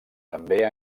també